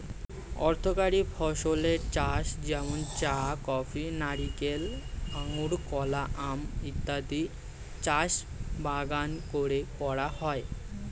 অর্থকরী ফসলের চাষ যেমন চা, কফি, নারিকেল, আঙুর, কলা, আম ইত্যাদির চাষ বাগান করে করা হয়